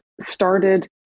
started